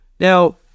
Now